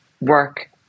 work